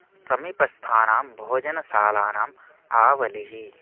समिपस्थानां भोजनशालानाम् आवलिः